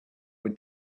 were